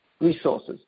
resources